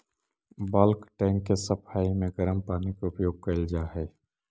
bulk tank के सफाई में गरम पानी के उपयोग कैल जा हई